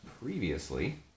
previously